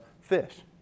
fish